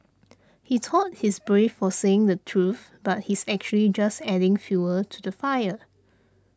he thought he's brave for saying the truth but he's actually just adding fuel to the fire